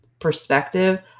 perspective